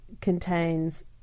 contains